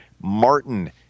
martin